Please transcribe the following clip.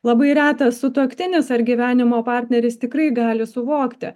labai retas sutuoktinis ar gyvenimo partneris tikrai gali suvokti